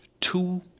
two –